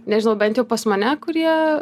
nežinau bent jau pas mane kurie